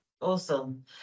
Awesome